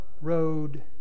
road